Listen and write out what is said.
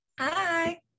hi